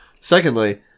Secondly